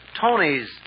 Tony's